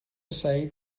سعید